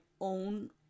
own